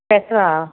पैसा